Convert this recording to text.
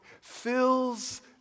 fills